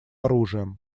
оружием